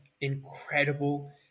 incredible